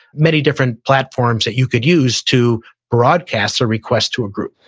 many different platforms that you could use to broadcast a request to a group.